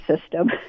system